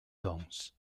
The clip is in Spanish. downes